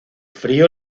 frío